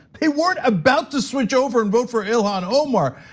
they weren't about to switch over and vote for ilhan omar.